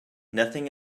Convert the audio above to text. nothing